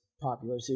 popular